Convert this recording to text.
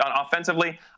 offensively